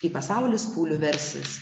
kai pasaulis kūliu versis